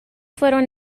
fueron